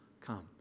come